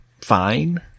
fine